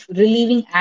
relieving